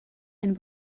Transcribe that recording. and